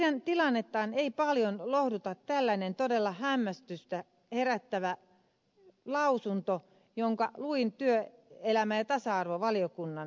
heidän tilannettaan ei paljon lohduta tällainen todella hämmästystä herättävä lausunto jonka luin työelämä ja tasa arvovaliokunnan lausunnosta